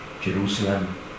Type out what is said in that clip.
Jerusalem